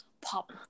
pop